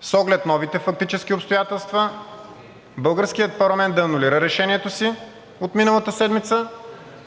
с оглед новите фактически обстоятелства българският парламент да анулира решението си от миналата седмица.